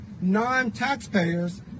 non-taxpayers